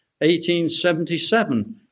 1877